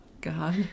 God